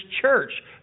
church